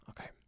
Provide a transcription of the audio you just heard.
okay